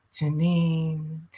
Janine